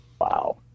Wow